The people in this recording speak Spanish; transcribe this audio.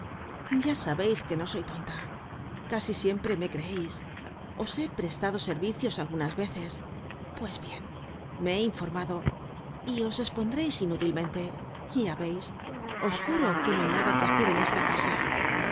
ya sabeis que no soy tonta casi siempre me creeis os he prestado servicios algunas veces pues bien me he informado y os espondreis inútilmente ya veis os juro que no hay nada que hacer en esta casa